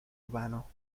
urbano